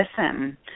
listen